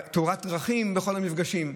יש תאורת דרכים בכל המפגשים,